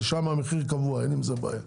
שם המחיר קבוע ואין עם זה בעיה.